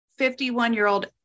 51-year-old